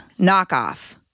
knockoff